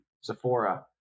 Sephora